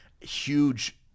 huge